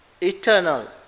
eternal